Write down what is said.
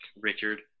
Richard